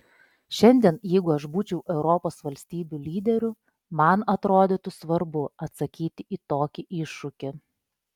šiandien jeigu aš būčiau europos valstybių lyderiu man atrodytų svarbu atsakyti į tokį iššūkį